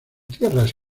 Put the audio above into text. tierras